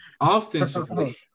offensively